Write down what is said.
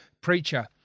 preacher